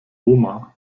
oma